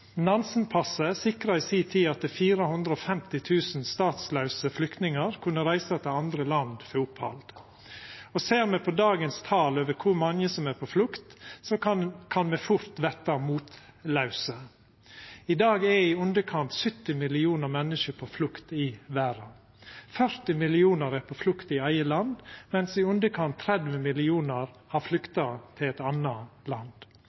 Nansenpasset sikra i si tid at 450 000 statslause flyktningar kunne reisa til andre land for opphald. Ser me på dagens tal over kor mange som er på flukt, kan me fort verta motlause. I dag er i underkant av 70 millionar menneske på flukt i verda. 40 millionar er på flukt i eige land, mens i underkant av 30 millionar har flykta til eit anna land.